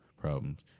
problems